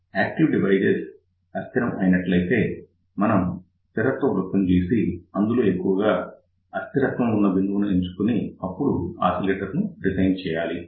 active device అస్థిరం గా ఉన్నట్లయితే మనం స్టెబిలిటీ సర్కిల్ గీసి అందులో ఎక్కువగా అస్థిరత్వం ఉన్న బిందువును ఎంచుకొని అప్పుడు ఆసిలేటర్ ని డిజైన్ చేయాలి